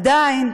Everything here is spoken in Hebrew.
עדיין,